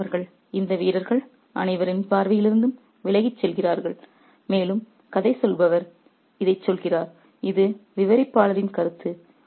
எனவே அவர்கள் இந்த வீரர்கள் அனைவரின் பார்வையிலிருந்தும் விலகிச் செல்கிறார்கள் மேலும் கதை சொல்பவர் இதைச் சொல்கிறார் இது விவரிப்பாளரின் கருத்து